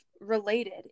related